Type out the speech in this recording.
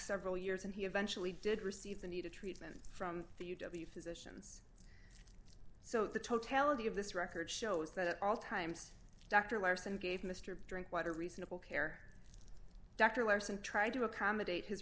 several years and he eventually did receive the needed treatment from the u w physicians so the totality of this record shows that at all times dr larson gave mr drinkwater reasonable care dr larson tried to accommodate his